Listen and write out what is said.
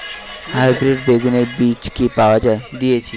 Hybrid বেগুনের বীজ কি পাওয়া য়ায়?